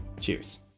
Cheers